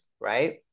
right